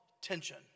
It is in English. tension